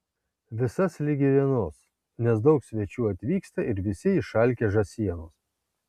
visas ligi vienos nes daug svečių atvyksta ir visi išalkę žąsienos